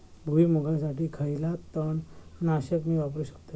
भुईमुगासाठी खयला तण नाशक मी वापरू शकतय?